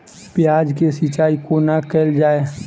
प्याज केँ सिचाई कोना कैल जाए?